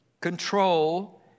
control